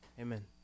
Amen